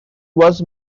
was